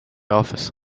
office